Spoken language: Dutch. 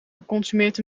geconsumeerd